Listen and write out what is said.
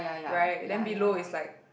right then below is like